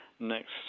next